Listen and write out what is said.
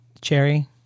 cherry